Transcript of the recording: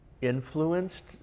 influenced